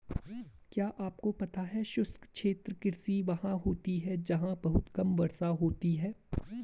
क्या आपको पता है शुष्क क्षेत्र कृषि वहाँ होती है जहाँ बहुत कम वर्षा होती है?